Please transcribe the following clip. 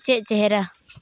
ᱪᱮᱫ ᱪᱮᱦᱨᱟ